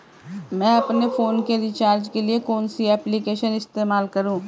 मैं अपने फोन के रिचार्ज के लिए कौन सी एप्लिकेशन इस्तेमाल करूँ?